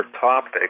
topic